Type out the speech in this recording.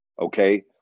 okay